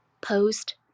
post